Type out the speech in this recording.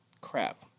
crap